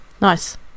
nice